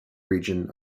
region